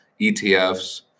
ETFs